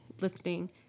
listening